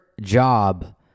job